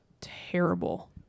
terrible